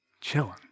chilling